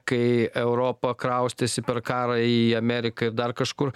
kai europa kraustėsi per karą į ameriką dar kažkur